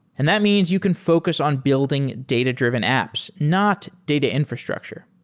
and that means you can focus on building data-driven apps, not data infrastructure.